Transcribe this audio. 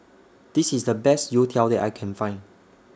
This IS The Best Youtiao that I Can Find